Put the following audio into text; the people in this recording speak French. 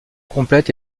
complète